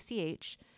ACH